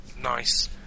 Nice